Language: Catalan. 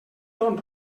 torn